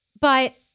But-